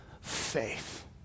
faith